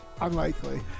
Unlikely